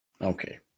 Okay